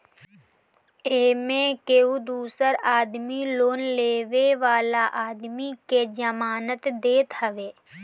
एमे केहू दूसर आदमी लोन लेवे वाला आदमी के जमानत देत हवे